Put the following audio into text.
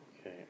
Okay